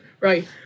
right